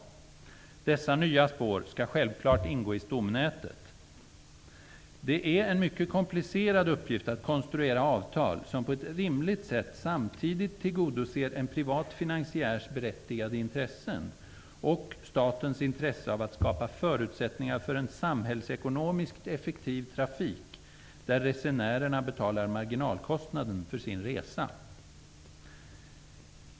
Dessa nya spår skall självklart ingå i stomnätet. Det är en mycket komplicerad uppgift att konstruera avtal som på ett rimligt sätt samtidigt tillgodoser en privat finansiärs berättigade intressen och statens intresse av att skapa förutsättningar för en samhällsekonomiskt effektiv trafik, där resenärerna betalar marginalkostnaden för sin resa.